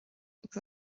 agus